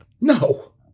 No